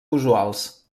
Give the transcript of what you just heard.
usuals